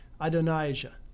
Adonijah